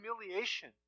humiliation